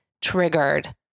triggered